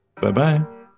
Bye-bye